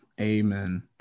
amen